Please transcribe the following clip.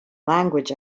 language